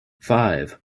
five